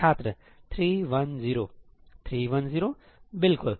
छात्र 3 1 0 3 1 0बिलकुल